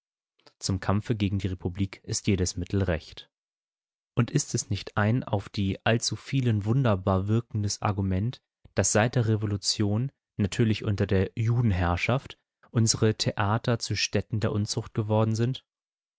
zum kampfe gegen die republik ist jedes mittel recht und ist es nicht ein auf die allzuvielen wunderbar wirkendes argument daß seit der revolution natürlich unter der judenherrschaft unsere theater zu stätten der unzucht geworden sind